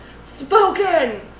spoken